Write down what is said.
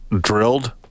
drilled